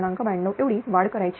92 एवढी वाढ करायची आहे